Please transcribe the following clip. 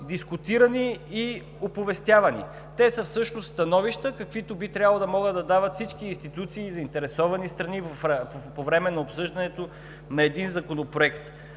дискутирани и оповестявани. Те са становища, каквито би трябвало да могат да дават всички институции и заинтересовани страни по време на обсъждането на един законопроект.